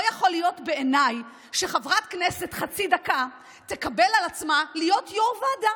לא יכול להיות בעיניי שחברת כנסת חצי דקה תקבל על עצמה להיות יו"ר ועדה.